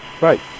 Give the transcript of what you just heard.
Right